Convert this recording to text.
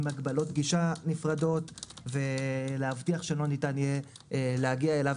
הגבלות גישה נפרדות ולהבטיח שלא ניתן יהיה להגיע אליו